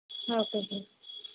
okay sir